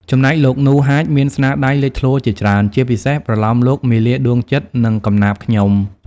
ចំំណែកលោក នូ ហាច មានស្នាដៃលេចធ្លោជាច្រើន ជាពិសេសប្រលោមលោក មាលាដួងចិត្ត និងកំណាព្យ ខ្ញុំ។